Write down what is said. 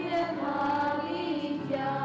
yeah yeah